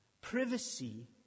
privacy